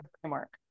framework